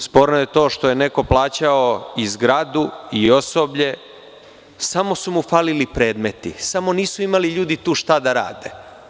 Sporno je to što je neko plaćao i zgradu i osoblje, samo su mu falili predmeti, samo nisu imali ljudi tu šta da rade.